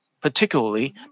particularly